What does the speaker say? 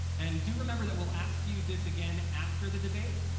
and do remember that we'll ask you this again after the debate.